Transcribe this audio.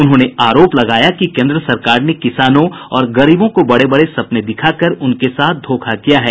उन्होंने आरोप लगाया कि केन्द्र सरकार ने किसानों और गरीबों को बड़े बड़े सपने दिखाकर उनके साथ धोखा किया है